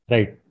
Right